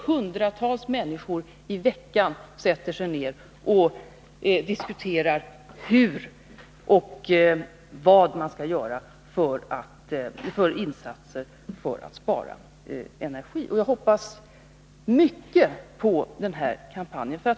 Hundratals människor sätter sig ner varje vecka och diskuterar vad man skall göra för att spara energi. Jag hoppas mycket på den kampanjen.